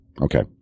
Okay